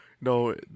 no